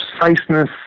preciseness